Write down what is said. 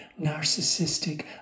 narcissistic